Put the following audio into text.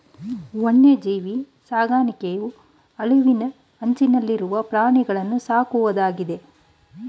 ವನ್ಯಜೀವಿ ಸಾಕಣೆಯು ಅಳಿವಿನ ಅಂಚನಲ್ಲಿರುವ ಪ್ರಾಣಿಗಳನ್ನೂ ಸಾಕುವುದಾಗಿದೆ